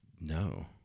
No